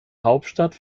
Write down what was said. hauptstadt